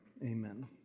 amen